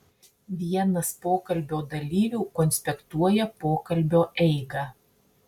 vienas pokalbio dalyvių konspektuoja pokalbio eigą